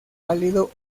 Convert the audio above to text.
pálido